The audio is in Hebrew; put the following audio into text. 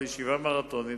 לישיבה מרתונית,